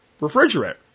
refrigerator